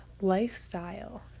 lifestyle